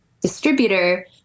distributor